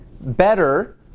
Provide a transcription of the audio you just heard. better